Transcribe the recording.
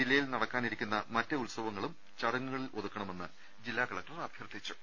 ജില്ല യിൽ നടക്കാനിരിക്കുന്ന മറ്റ് ഉത്സവങ്ങളും ചടങ്ങുകളി ലൊതുക്കണമെന്ന് ജില്ലാ കലക്ടർ അഭ്യർത്ഥിച്ചു